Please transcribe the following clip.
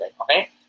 Okay